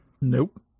Nope